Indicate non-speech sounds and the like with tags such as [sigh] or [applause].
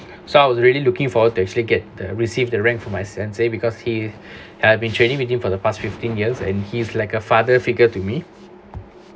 so I was really looking forward to actually get the received the rank from my sensei because he [breath] had been training between within the past fifteen years and he's like a father figure to me